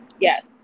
Yes